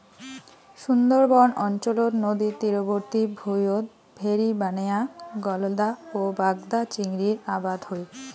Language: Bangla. সুন্দরবন অঞ্চলত নদীর তীরবর্তী ভুঁইয়ত ভেরি বানেয়া গলদা ও বাগদা চিংড়ির আবাদ হই